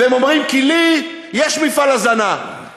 והם אומרים: כי לי יש מפעל הזנה,